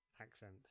accent